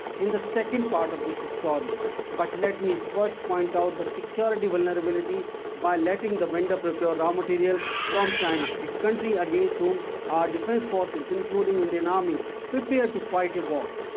in the second part of this ah story but let me first point out the security vulnerability by letting the vendor procure raw material from china, a country against whom our defence forces including indian army prepare to fight a war.